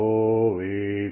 Holy